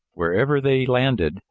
wherever they landed,